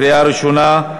קריאה ראשונה.